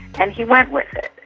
and he went with it.